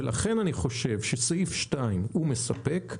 לכן, אני חושב שסעיף 2 מספק.